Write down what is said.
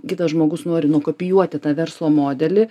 kitas žmogus nori nukopijuoti tą verslo modelį